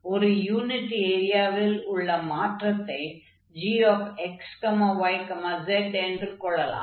ஒரு யூனிட் ஏரியாவில் உள்ள மாற்றத்தை gx y z என்று கொள்ளலாம்